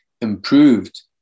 improved